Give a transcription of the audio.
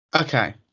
Okay